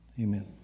Amen